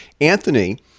Anthony